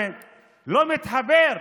זה לא מתחבר.